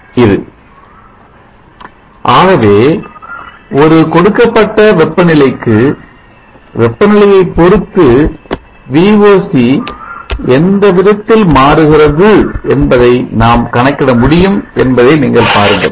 VT dT T ஆகவே ஒரு கொடுக்கப்பட்ட வெப்பநிலைக்கு வெப்பநிலையை பொறுத்து Voc எந்த வீதத்தில் மாறுகிறது என்பதை நாம் கணக்கிட முடியும் என்பதை நீங்கள் பாருங்கள்